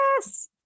Yes